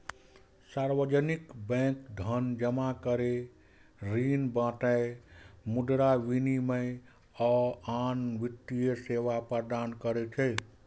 सार्वजनिक बैंक धन जमा करै, ऋण बांटय, मुद्रा विनिमय, आ आन वित्तीय सेवा प्रदान करै छै